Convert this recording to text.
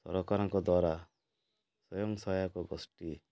ସରକାରଙ୍କ ଦ୍ୱାରା ସ୍ୱୟଂସହାୟକ ଗୋଷ୍ଠୀ